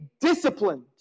disciplined